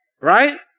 right